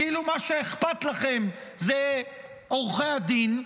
כאילו מה שאכפת לכם זה עורכי הדין,